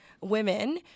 women